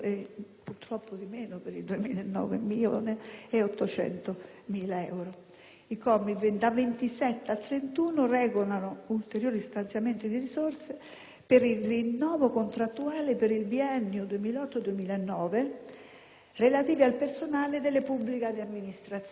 inferiore a decorrere dal 2009, ossia 1.800 milioni di euro. I commi dal 27 al 31 recano ulteriori stanziamenti di risorse per i rinnovi contrattuali per il biennio 2008-2009 relativi al personale delle pubbliche amministrazioni.